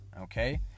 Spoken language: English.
okay